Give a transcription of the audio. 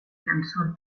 llençol